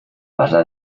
pasa